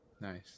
Nice